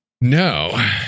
No